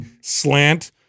slant